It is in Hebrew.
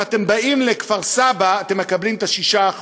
אם אתם באים לכפר-סבא אתם מקבלים 6%,